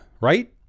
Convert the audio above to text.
right